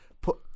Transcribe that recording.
put